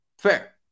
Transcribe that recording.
Fair